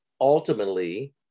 ultimately